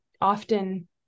Often